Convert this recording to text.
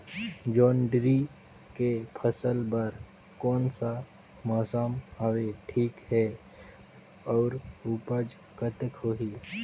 जोंदरी के फसल बर कोन सा मौसम हवे ठीक हे अउर ऊपज कतेक होही?